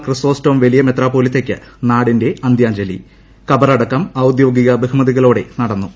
ക്രിസോസ്റ്റം വലിയ മെത്രാപ്പൊലീത്തയ്ക്ക് നാടിന്റെ അന്ത്യാഞ്ജലി കബറടക്കം ഔദ്യോഗിക ബഹുമതിയോടെ നടന്നു